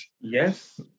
Yes